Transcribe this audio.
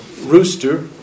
rooster